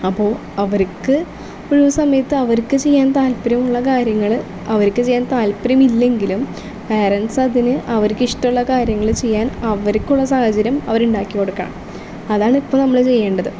അപ്പോൾ അവർക്ക് ഒഴിവ് സമയത്ത് അവർക്ക് ചെയ്യാൻ താല്പര്യം ഉള്ള കാര്യങ്ങൾ അവർക്ക് ചെയ്യാൻ താല്പര്യമില്ലെങ്കിലും പാരൻസ് അതിന് അവർക്ക് ഇഷ്ടമുള്ള കാര്യങ്ങൾ ചെയ്യാൻ അവർക്കുള്ള സാഹചര്യം അവർ ഉണ്ടാക്കി കൊടുക്കുകയാണ് അതാണ് ഇപ്പോൾ നമ്മൾ ചെയ്യേണ്ടത്